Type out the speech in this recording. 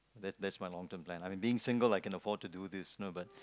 that that's my long term plan I mean being single I can afford to do this no but